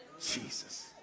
Jesus